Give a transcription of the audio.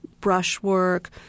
brushwork